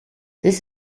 this